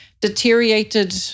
deteriorated